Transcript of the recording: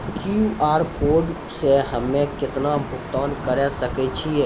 QR code से हम्मय केतना भुगतान करे सके छियै?